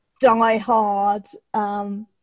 die-hard